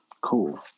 Cool